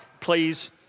Please